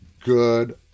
good